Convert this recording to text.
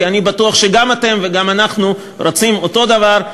כי אני בטוח שגם אתם וגם אנחנו רוצים את אותו דבר,